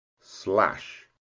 Slash